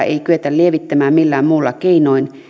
ei kyetä lievittämään millään muulla keinoin